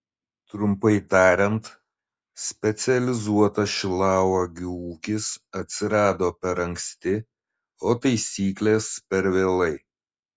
trumpai tariant specializuotas šilauogių ūkis atsirado per anksti o taisyklės per vėlai